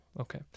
Okay